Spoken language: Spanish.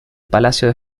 palacio